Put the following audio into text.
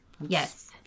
Yes